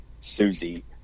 Susie